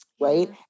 right